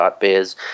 Biz